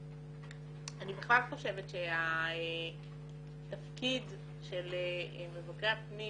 אני בכלל חושבת שהתפקיד של מבקרי הפנים